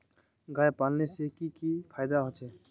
गाय पालने से की की फायदा होचे?